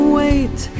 wait